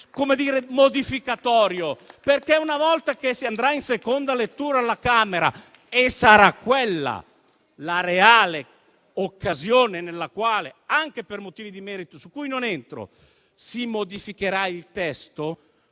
modo modificatorio perché, dopo che si sarà andati in seconda lettura alla Camera - e quella sarà la reale occasione nella quale, anche per motivi di merito su cui non entro, si modificherà il testo